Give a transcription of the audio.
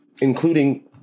including